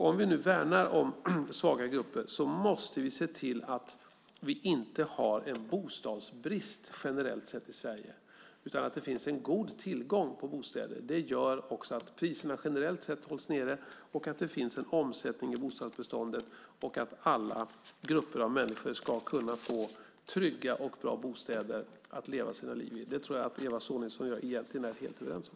Om vi nu värnar om svaga grupper måste vi se till att vi inte har en bostadsbrist generellt sett i Sverige utan att det finns en god tillgång på bostäder. Det gör att priserna också generellt sett hålls nere med omsättning i bostadsbeståndet. Alla människor ska kunna få trygga och bra bostäder att leva sina liv i. Det tror jag att Eva Sonidsson och jag är helt överens om.